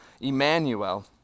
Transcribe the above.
Emmanuel